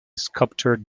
sculptor